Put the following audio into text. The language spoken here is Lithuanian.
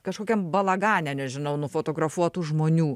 kažkokiam balagane nežinau nufotografuotų žmonių